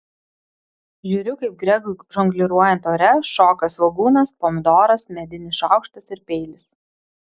žiūriu kaip gregui žongliruojant ore šoka svogūnas pomidoras medinis šaukštas ir peilis